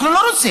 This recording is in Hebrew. אנחנו לא רוצים.